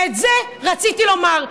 ואת זה רציתי לומר.